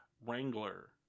Wrangler